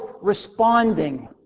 responding